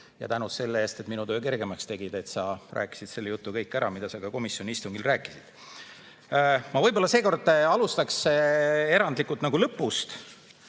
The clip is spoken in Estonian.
Ja aitäh selle eest, et minu töö kergemaks tegid! Sa rääkisid selle jutu kõik ära, mida sa ka komisjoni istungil rääkisid. Ma võib-olla seekord alustataks erandlikult lõpust.